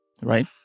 right